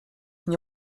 nie